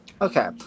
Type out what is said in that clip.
Okay